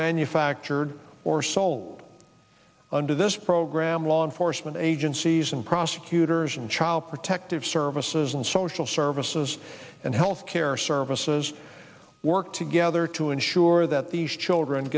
manufactured or sold under this program law enforcement agencies and prosecutors and child protective services and social services and health care services work together to ensure that these children